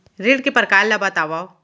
ऋण के परकार ल बतावव?